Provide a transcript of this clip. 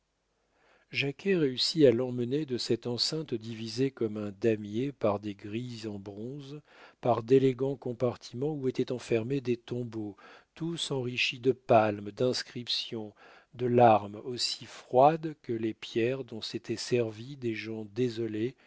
jacquet réussit à l'emmener de cette enceinte divisée comme un damier par des grilles en bronze par d'élégants compartiments où étaient enfermés des tombeaux tous enrichis de palmes d'inscriptions de larmes aussi froides que les pierres dont s'étaient servis des gens désolés